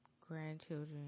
grandchildren